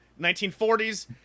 1940s